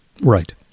Right